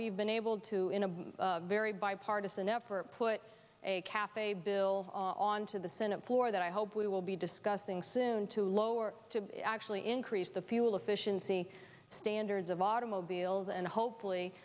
we've been able to in a very bipartisan effort put a cafe bill on to the senate floor that i hope we will be discussing soon to lower to actually increase the fuel efficiency standards of automobiles and hopefully